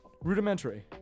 rudimentary